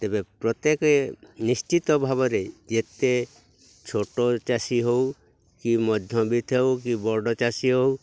ପ୍ରତ୍ୟେକ ନିଶ୍ଚିତ ଭାବରେ ଯେତେ ଛୋଟ ଚାଷୀ ହେଉ କି ମଧ୍ୟବିତ ହେଉ କି ବଡ଼ ଚାଷୀ ହେଉ